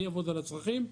אני אעבוד על הצרכים,